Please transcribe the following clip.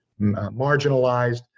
marginalized